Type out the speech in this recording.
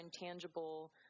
intangible